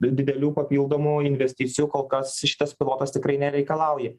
didelių papildomų investicijų kol kas šitas pilotas tikrai nereikalauja